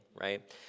Right